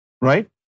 right